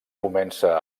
comença